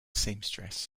seamstress